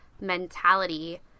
mentality